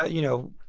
ah you know,